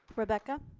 rebecca.